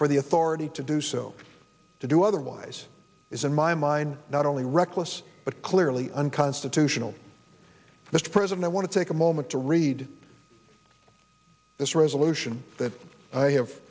for the authority to do so to do otherwise is in my mind not only reckless but clearly unconstitutional mr president i want to take a moment to read this resolution that i have